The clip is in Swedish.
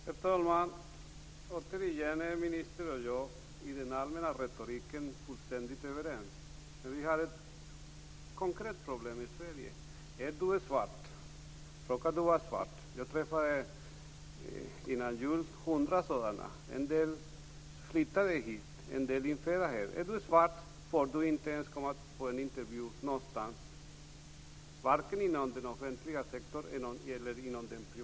Herr talman! Återigen är ministern och jag fullständigt överens i den allmänna retoriken. Men vi har ett konkret problem i Sverige: Råkar du vara svart får du inte ens komma på en intervju någonstans, vare sig inom den offentliga sektorn eller inom den privata sektorn. Jag träffade minst hundra sådana människor före jul, en del inflyttade och en del födda här.